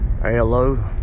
Hello